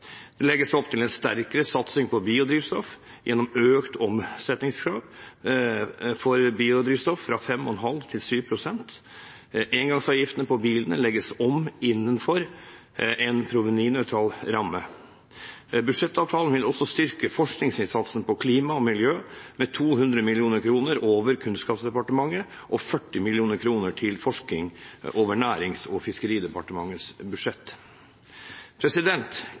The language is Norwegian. Det legges opp til en sterkere satsing på biodrivstoff gjennom økt omsettingskrav for biodrivstoff fra 5,5 til 7 pst. Engangsavgiften på bilene legges om innenfor en provenynøytral ramme. Budsjettavtalen vil også styrke forskningsinnsatsen på klima og miljø med 200 mill. kr over Kunnskapsdepartementet og 40 mill. kr til forskning over Nærings- og fiskeridepartementets budsjett.